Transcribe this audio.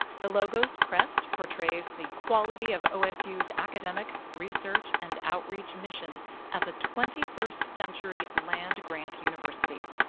the logo's crest portrays the quality of osu's academic, research and outreach mission as a twenty first century land grant university.